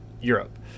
Europe